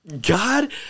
God